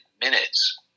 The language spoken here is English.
minutes